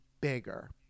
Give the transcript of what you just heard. bigger